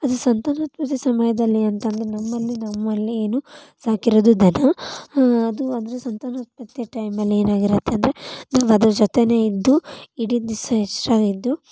ಅದರ ಸಂತಾನೋತ್ಪತ್ತಿ ಸಮಯದಲ್ಲಿ ಅಂತಂದರೆ ನಮ್ಮಲ್ಲಿ ನಮ್ಮಲ್ಲಿ ಏನು ಸಾಕಿರೋದು ದನ ಅದು ಅದರ ಸಂತಾನೋತ್ಪತ್ತಿ ಟೈಮಲ್ಲೇನಾಗಿರತ್ತೆ ಅಂದರೆ ನಾವು ಅದರ ಜೊತೆಯೇ ಇದ್ದು ಇಡೀ ದಿವಸ ಎಚ್ಚರವೇ ಇದ್ದು